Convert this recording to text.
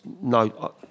no